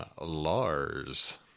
Lars